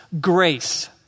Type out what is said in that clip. grace